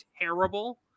terrible